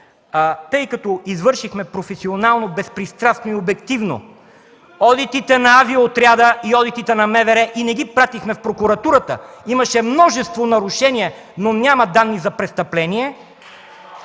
тъй като извършихме професионално, безпристрастно и обективно одитите на Авиоотряда, одитите на МВР и не ги пратихме в Прокуратурата – имаше множество нарушения, но няма данни за престъпление...